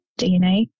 DNA